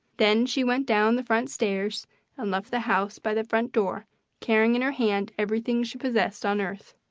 then she went down the front stairs and left the house by the front door carrying in her hand everything she possessed on earth.